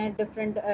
different